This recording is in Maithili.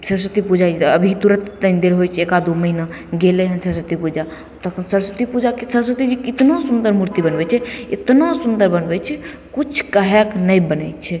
सरस्वती पूजा अभी तुरत तनि दूर होइ छै एक आध दू महीना गेलय हइ सरस्वती पूजा तखैन सरस्वती पूजाके सरस्वती जी इतना सुन्दर मूर्ति बनबय छै इतना सुन्दर बनबय छै किछु कहयके नहि बनय छै